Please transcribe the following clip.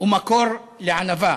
ומקור לענווה: